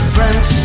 Friends